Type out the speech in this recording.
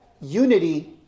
unity